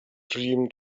dream